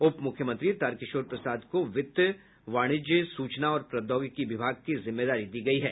उपमुख्यमंत्री तारकिशोर प्रसाद को वित्त वाणिज्य सूचना और प्रौद्योगिकी विभाग की जिम्मेदारी दी गयी है